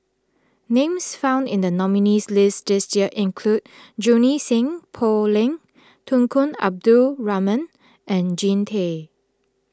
names found in the nominees' list this year include Junie Sng Poh Leng Tunku Abdul Rahman and Jean Tay